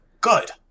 Good